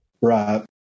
Right